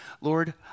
Lord